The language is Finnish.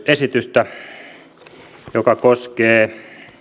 esitystä joka koskee